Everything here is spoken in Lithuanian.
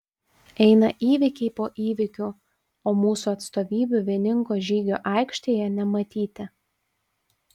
eina įvykiai po įvykių o mūsų atstovybių vieningo žygio aikštėje nematyti